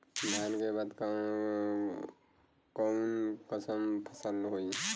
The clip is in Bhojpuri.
धान के बाद कऊन कसमक फसल होई?